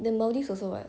then maldives also [what]